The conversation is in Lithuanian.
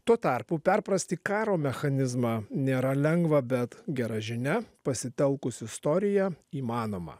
tuo tarpu perprasti karo mechanizmą nėra lengva bet gera žinia pasitelkus istoriją įmanoma